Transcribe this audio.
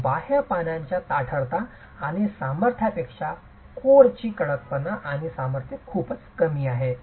तर बाह्य पानांच्या ताठरपणा आणि सामर्थ्यापेक्षा कोरची कडकपणा आणि सामर्थ्य खूपच कमी आहे